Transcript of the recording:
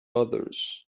others